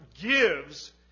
gives